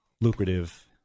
lucrative